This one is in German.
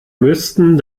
müssten